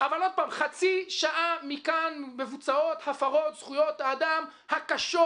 אבל חצי שעה מכאן מבוצעות הפרות זכויות האדם הקשות,